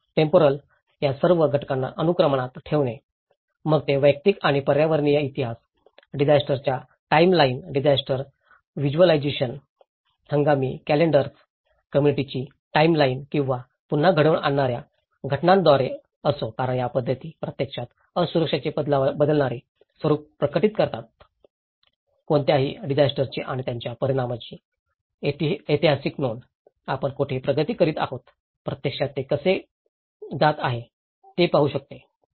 temporal या सर्व घटनांना अनुक्रमात ठेवणे मग ते वैयक्तिक आणि पर्यावरणीय इतिहास डिजास्टरच्या टाइमलाइन डिजास्टर व्हिज्युअलायझेशन हंगामी कॅलेंडर्स कम्म्युनिटीाची टाइमलाइन किंवा पुन्हा घडवून आणणार्या घटनांद्वारे असो कारण या पद्धती प्रत्यक्षात असुरक्षाचे बदलणारे स्वरूप प्रकट करतील कोणत्याही डिजास्टरची आणि त्याच्या परिणामाची ऐतिहासिक नोंद आपण कोठे प्रगती करीत आहोत प्रत्यक्षात ते कसे जात आहे हे एक पाहू शकते